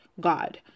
God